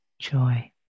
joy